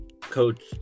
Coach